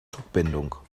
zugbindung